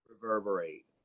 reverberate